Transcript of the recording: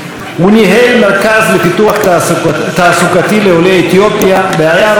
הוא ניהל מרכז לפיתוח תעסוקתי לעולי אתיופיה והיה ראש צוות